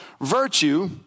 Virtue